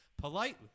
politely